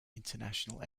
international